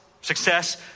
success